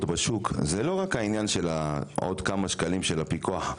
בשוק זה לא רק העניין של עוד כמה שקלים של הפיקוח.